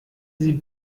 sie